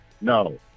no